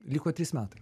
liko trys metai